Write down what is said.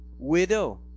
widow